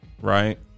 right